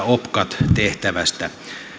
opcat tehtävästä